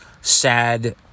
sad